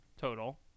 total